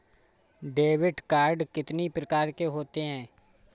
Debit card कितनी प्रकार के होते हैं?